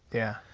yeah.